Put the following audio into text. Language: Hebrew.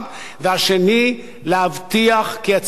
2. להבטיח כי הציבור,